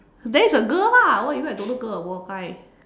then it's a girl ah what you mean I don't know girl or boy guy